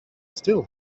still